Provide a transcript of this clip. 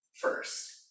first